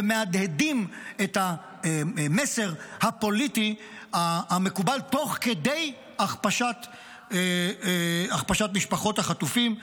ומהדהדים את מסר הפוליטי המקובל תוך כדי הכפשת משפחות החטופים.